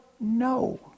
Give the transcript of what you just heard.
No